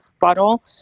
bottle